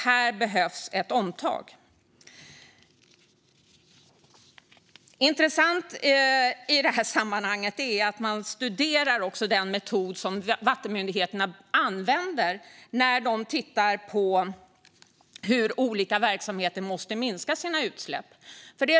Här behövs ett omtag. Intressant i sammanhanget är att man också studerar den metod som vattenmyndigheterna använder när de tittar på hur olika verksamheter måste minska sina utsläpp.